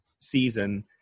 season